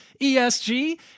ESG